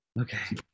Okay